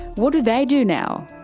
what do they do now?